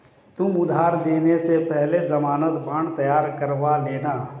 तुम उधार देने से पहले ज़मानत बॉन्ड तैयार करवा लेना